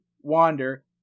wander